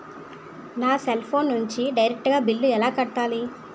నా cell phone నుంచి direct గా బిల్లు ఎలా కట్టాలి?